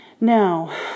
Now